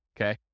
okay